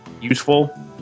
useful